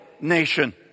nation